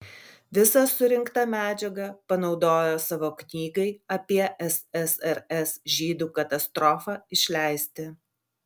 visą surinktą medžiagą panaudojo savo knygai apie ssrs žydų katastrofą išleisti